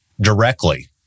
directly